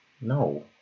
No